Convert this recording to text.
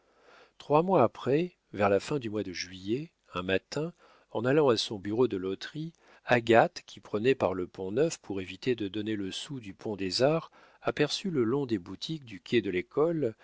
trois mois après vers la fin du mois de juillet un matin en allant à son bureau de loterie agathe qui prenait par le pont-neuf pour éviter de donner le sou du pont des arts aperçut le long des boutiques du quai de l'école